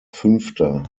fünfter